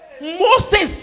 Moses